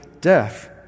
death